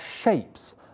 shapes